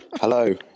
Hello